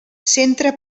centre